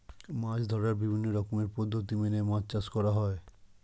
মাছ ধরার বিভিন্ন রকমের পদ্ধতি মেনে মাছ চাষ করা হয়